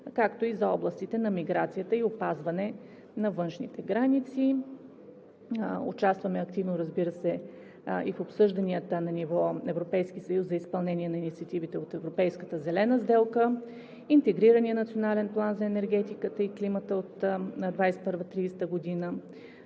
както и за областите на миграцията и опазване на външните граници. Участваме активно, разбира се, и в обсъжданията на ниво Европейски съюз за изпълнение на инициативите от Европейската зелена сделка, Интегрираният национален план за енергетиката и климата от 2021 – 2030 г.,